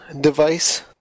device